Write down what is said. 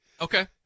Okay